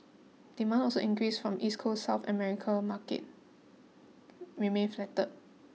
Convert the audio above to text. demand also increased from east coast South America market remained flatter